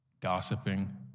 Gossiping